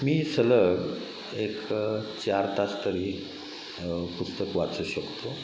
मी सलग एक चार तास तरी पुस्तक वाचू शकतो